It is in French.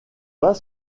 pas